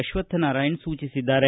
ಅಶ್ವತ್ಥನಾರಾಯಣ ಸೂಚಿಸಿದ್ದಾರೆ